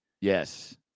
Yes